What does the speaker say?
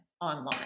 online